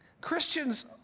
Christians